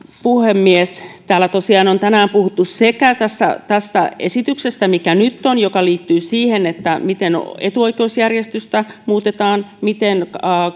puhemies täällä tosiaan on tänään puhuttu tästä esityksestä mikä nyt on joka liittyy siihen miten etuoikeusjärjestystä muutetaan miten